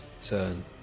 turn